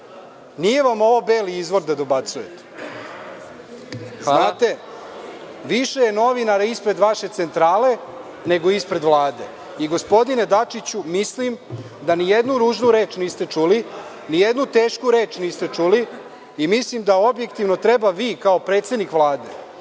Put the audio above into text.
Nije vam ovo „Beli izvor“ da dobacujete. Znate, više je novinara ispred vaše centrale nego ispred Vlade. Gospodine Dačiću, mislim da ni jednu ružnu reč niste čuli, ni jednu tešku reč niste čuli i mislim da objektivno treba vi, kao predsednik Vlade,